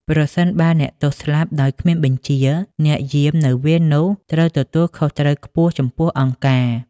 ប្រសិនបើអ្នកទោសស្លាប់ដោយគ្មានបញ្ជា អ្នកយាមនៅវេននោះត្រូវទទួលខុសត្រូវខ្ពស់ចំពោះអង្គការ។